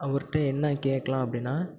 அவர்கிட்ட என்ன கேட்கலாம் அப்படினா